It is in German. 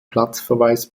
platzverweis